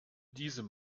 diesem